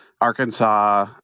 Arkansas